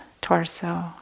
torso